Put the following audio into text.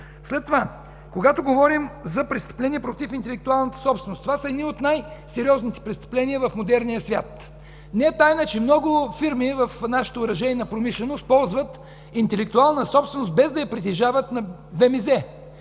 След това, когато говорим за престъпления против интелектуалната собственост – това са едни от най-сериозните престъпления в модерния свят. Не е тайна, че много фирми в нашата оръжейна промишленост ползват интелектуална собственост, без да я притежават – на ВМЗ,